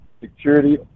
security